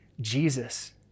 Jesus